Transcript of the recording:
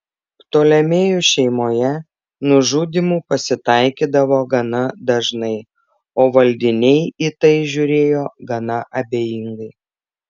ptolemėjų šeimoje nužudymų pasitaikydavo gana dažnai o valdiniai į tai žiūrėjo gana abejingai